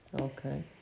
Okay